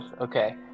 Okay